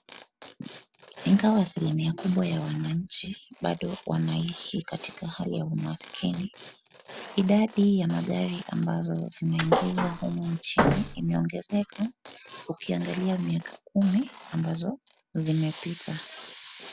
Ingawa asilimia kubwa ya wananchi bado wanaishi katika hali ya umaskini, idadi ya magari ambazo zinaingizwa humu nchini imeongezeka ukiangalia miaka kumi ambazo zimepita.